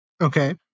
Okay